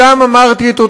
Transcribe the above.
את צחי הנגבי,